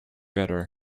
better